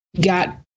got